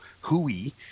hooey –